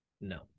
No